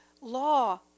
law